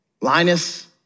Linus